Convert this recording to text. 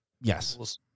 Yes